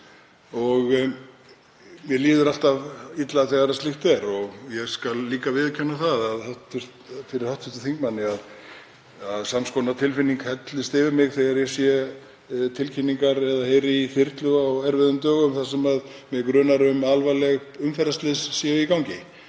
Mér líður alltaf illa þegar slíkt er og ég skal líka viðurkenna það fyrir hv. þingmanni að sams konar tilfinning hellist yfir mig þegar ég sé tilkynningar eða heyri í þyrlu á erfiðum dögum þar sem mig grunar að alvarleg umferðarslys hafi